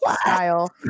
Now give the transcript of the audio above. style